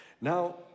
Now